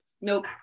Nope